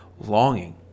longing